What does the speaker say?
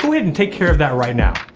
go ahead and take care of that right now,